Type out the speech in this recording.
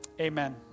Amen